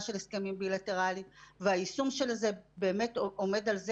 של הסכמים בילטרליים והיישום של זה באמת עומד על זה.